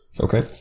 Okay